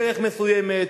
דרך מסוימת,